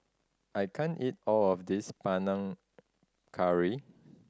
I can't eat all of this Panang Curry